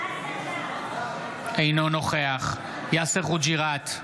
אינו נוכח יאסר חוג'יראת,